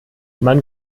man